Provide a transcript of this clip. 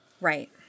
Right